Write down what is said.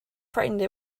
frightened